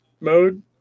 mode